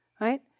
right